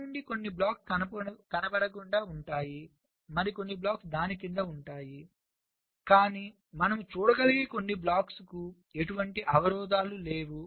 పైనుండి కొన్ని బ్లాక్స్ కనబడకుండా ఉంటాయి మరికొన్ని బ్లాక్స్ దాని క్రింద ఉంటాయి కానీ మనము చూడగలిగే కొన్ని బ్లాక్స్ లకు ఎటువంటి అవరోధాలు లేవు